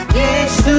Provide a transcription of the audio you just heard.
yes